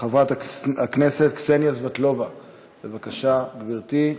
חברת הכנסת קסניה סבטלובה, בבקשה, גברתי.